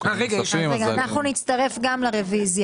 גם אנחנו נצטרף לרוויזיה.